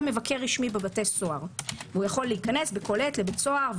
מבקר רשמי בבתי סוהר - יכול להיכנס בכל עת לבית סוהר,